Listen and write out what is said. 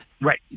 Right